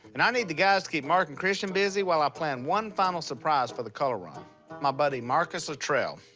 and i need the guys to keep mark and christian busy while i plan one final surprise for the color run my buddy marcus luttrell.